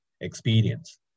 experience